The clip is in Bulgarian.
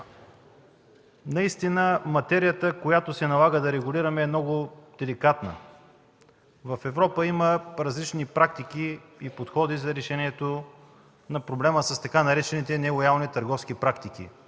общество. Материята, която се налага да регулираме, е много деликатна. В Европа има различни практики и подходи за решаване на проблема с така наречените „нелоялни търговски практики”.